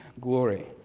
glory